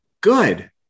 good